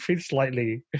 slightly